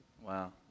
Wow